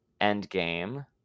Endgame